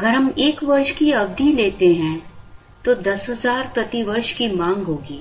अगर हम 1 वर्ष की अवधि लेते हैं तो 10000 प्रति वर्ष की मांग होगी